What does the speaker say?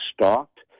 stalked